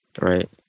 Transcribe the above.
Right